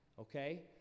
Okay